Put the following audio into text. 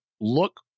look